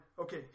okay